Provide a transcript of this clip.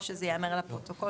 או שזה ייאמר לפרוטוקול.